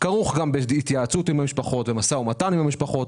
כרוך גם בהתייעצות עם המשפחות ומשא ומתן עם המשפחות,